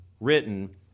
written